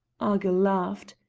argyll laughed.